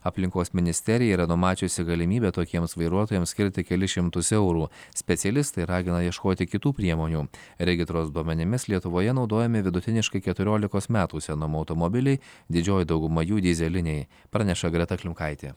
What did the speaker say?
aplinkos ministerija yra numačiusi galimybę tokiems vairuotojams skirti kelis šimtus eurų specialistai ragina ieškoti kitų priemonių regitros duomenimis lietuvoje naudojami vidutiniškai keturiolikos metų senumo automobiliai didžioji dauguma jų dyzeliniai praneša greta klimkaitė